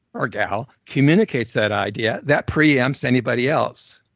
or gal, communicates that idea that preempts anybody else.